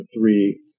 three